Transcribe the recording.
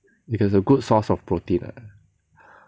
it is a good source of protein lah